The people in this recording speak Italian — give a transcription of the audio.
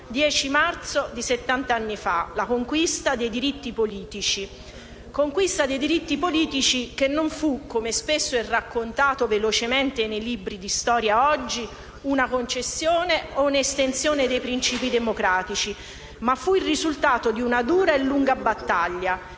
10 marzo di settant'anni fa vi fu la conquista dei diritti politici, che non fu, come spesso è raccontato velocemente nei libri di storia oggi, una concessione o un'estensione dei principi democratici, ma fu il risultato di una dura e lunga battaglia